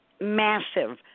massive